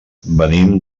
venim